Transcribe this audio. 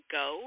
go